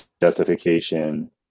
justification